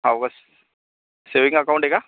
हो बस saving account आहे का